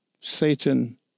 Satan